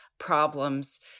problems